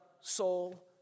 soul